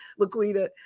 Laquita